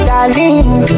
Darling